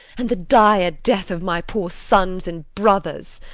and the dire death of my poor sons and brothers?